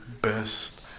best